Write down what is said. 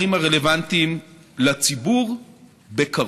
התייחסות ואת החומרים הרלוונטיים לציבור בקרוב.